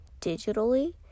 digitally